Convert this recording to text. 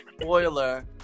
spoiler